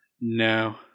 no